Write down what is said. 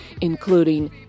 including